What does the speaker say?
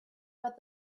but